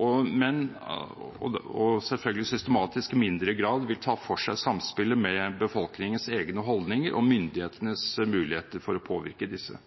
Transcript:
og selvfølgelig systematisk i mindre grad ta for seg samspillet med befolkningens egne holdninger og myndighetenes muligheter for å påvirke disse.